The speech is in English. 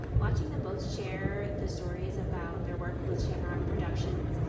watching them both share the stories about their work with shamrock productions,